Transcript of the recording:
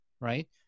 right